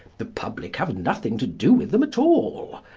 the public have nothing to do with them at all.